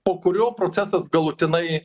po kurio procesas galutinai